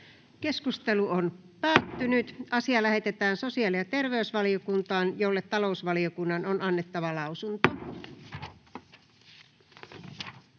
ehdottaa, että asia lähetetään sosiaali- ja terveysvaliokuntaan, jolle talousvaliokunnan on annettava lausuntonsa.